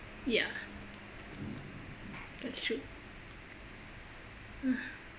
ya that's true